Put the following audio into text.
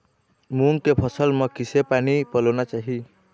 मूंग के फसल म किसे पानी पलोना चाही?